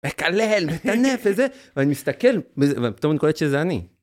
מקלל מטנף וזה ואני מסתכל ופתאום אני קולט שזה אני.